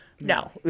no